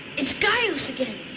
it's gyaos again.